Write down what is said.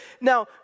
now